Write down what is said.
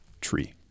tree